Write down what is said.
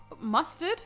Mustard